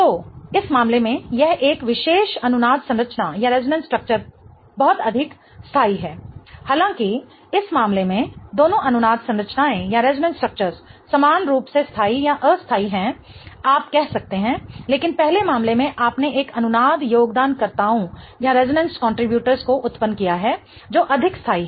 तो इस मामले में यह एक विशेष अनुनाद संरचना बहुत अधिक स्थाई है हालांकि इस मामले में दोनों अनुनाद संरचनाएं समान रूप से स्थाई या अस्थाई हैं आप कह सकते हैं लेकिन पहले मामले में आपने एक अनुनाद योगदानकर्ताओं को उत्पन्न किया है जो अधिक स्थाई है